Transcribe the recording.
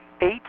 Eight